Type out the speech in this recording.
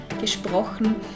gesprochen